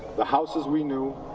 the houses we knew,